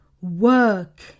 work